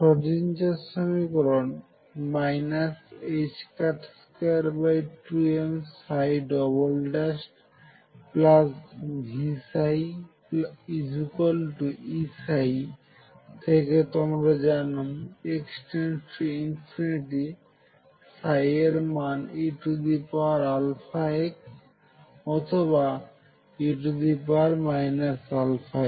Schrodinger সমীকরণ 22mVψEψ থেকে তোমরা জানো যখন x→∞ এর মান eαx অথবা e αx